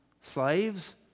Slaves